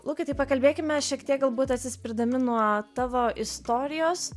lukai tai pakalbėkime šiek tiek galbūt atsispirdami nuo tavo istorijos